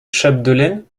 chapdelaine